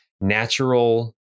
natural